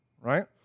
Right